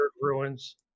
ruins